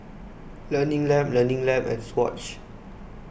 Learning Lab Learning Lab and Swatch